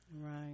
right